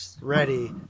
ready